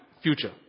future